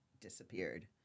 disappeared